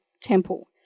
temple